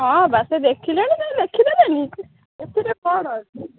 ହଁ ବା ସେ ଦେଖିଲେଣି ତ ଲେଖିଦେବେନି ଏଥିରେ କ'ଣ ଅଛି